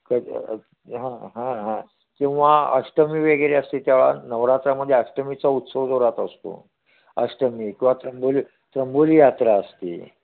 क हा हा हा किंवा अष्टमी वगैरे असते त्यावेळी नवरात्रामध्ये अष्टमीचा उत्सव जोरात असतो अष्टमी किंवा त्र्यंबोली त्र्यंबोली यात्रा असते